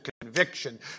conviction